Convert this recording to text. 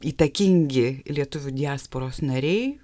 įtakingi lietuvių diasporos nariai